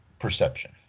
perception